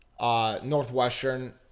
Northwestern